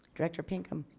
director pinkham.